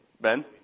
Ben